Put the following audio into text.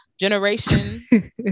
generation